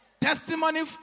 Testimony